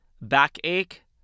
backache